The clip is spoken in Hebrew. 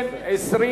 נתקבלה.